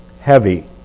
Heavy